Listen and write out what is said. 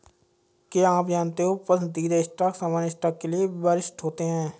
क्या आप जानते हो पसंदीदा स्टॉक सामान्य स्टॉक के लिए वरिष्ठ होते हैं?